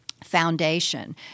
foundation